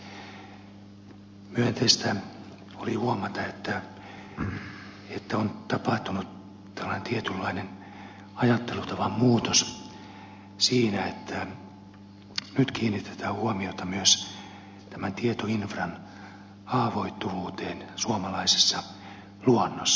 myönteistä oli huomata että on tapahtunut tietynlainen ajattelutavan muutos siinä että nyt kiinnitetään huomiota myös tämän tietoinfran haavoittuvuuteen suomalaisessa luonnossa